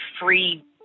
free